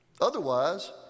Otherwise